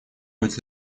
быть